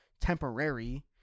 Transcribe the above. Temporary